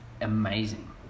amazing